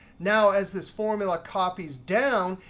now as this formula copies down,